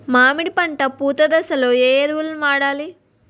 మామిడి పంట పూత దశలో ఏ ఎరువులను వాడాలి?